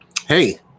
Hey